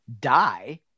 die –